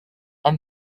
and